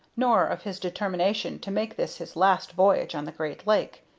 nor of his determination to make this his last voyage on the great lake.